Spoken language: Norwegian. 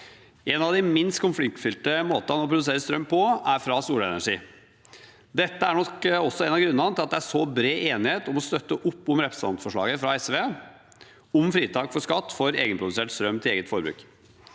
En av de minst konfliktfylte måtene å produsere strøm på er fra solenergi. Dette er nok også en av grunnene til at det er så bred enighet om å støtte opp om representantforslaget fra SV om fritak for skatt på egenprodusert strøm til eget forbruk.